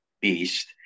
beast